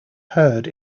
heard